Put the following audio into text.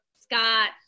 Scott